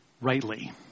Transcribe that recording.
rightly